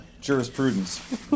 jurisprudence